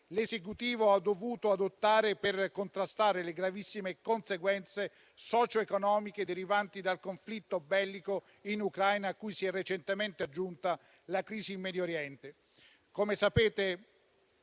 l'Esecutivo ha dovuto adottare per contrastare le gravissime conseguenze socioeconomiche derivanti dal conflitto bellico in Ucraina, a cui si è recentemente aggiunta la crisi in Medio Oriente.